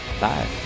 Bye